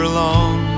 long